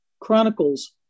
chronicles